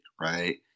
Right